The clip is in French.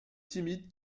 timide